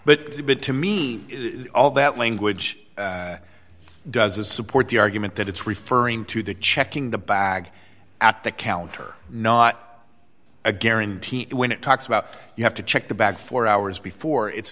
the bit to me all that language does is support the argument that it's referring to the checking the bag at the counter not a guarantee when it talks about you have to check the bag for hours before it's